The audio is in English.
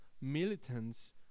militants